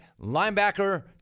linebacker